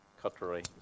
cutlery